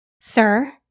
Sir